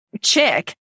chick